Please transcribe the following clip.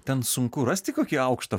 ten sunku rasti kokį aukštą